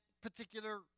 particular